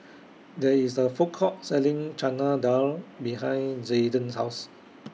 There IS A Food Court Selling Chana Dal behind Zayden's House